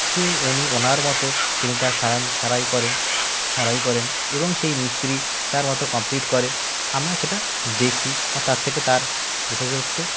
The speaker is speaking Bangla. সে উনি ওনার মতো তিনি তা সারান সারাই করেন সারাই করেন এবং সেই মিস্ত্রি তার মতো কমপ্লিট করে আমরা সেটা দেখি বা তার থেকে তার যথাযথ